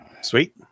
Sweet